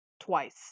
twice